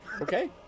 okay